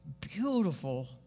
beautiful